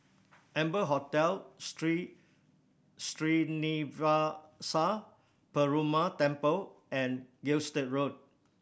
Amber Hotel Sri Srinivasa Perumal Temple and Gilstead Road